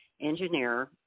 engineer